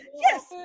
yes